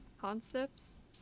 concepts